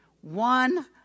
One